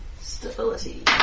Stability